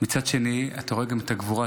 מצד שני אתה רואה גם את הגבורה,